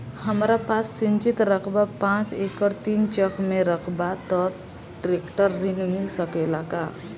हमरा पास सिंचित रकबा पांच एकड़ तीन चक में रकबा बा त ट्रेक्टर ऋण मिल सकेला का?